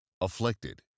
Afflicted